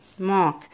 Mark